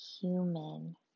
human